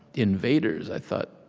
invaders. i thought,